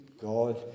God